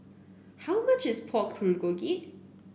how much is Pork Bulgogi